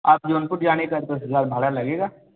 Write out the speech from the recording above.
आप जौनपुर जाने का दस हज़ार भाड़ा लगेगा